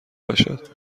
باشد